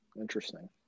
interesting